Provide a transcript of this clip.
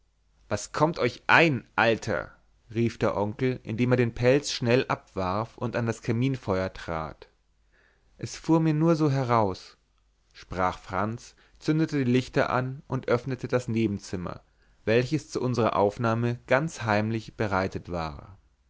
was kommt euch ein alter rief der onkel indem er den pelz schnell abwarf und an das kaminfeuer trat es fuhr mir nur so heraus sprach franz zündete die lichter an und öffnete das nebenzimmer welches zu unsrer aufnahme ganz heimlich bereitet war